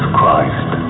Christ